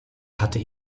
hatte